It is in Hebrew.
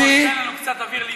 תן לנו קצת אוויר להתחמם,